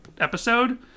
episode